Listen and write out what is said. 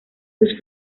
sus